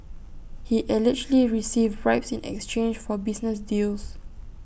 he allegedly received bribes in exchange for business deals